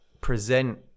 present